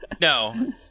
No